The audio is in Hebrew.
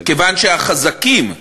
כיוון שהחזקים,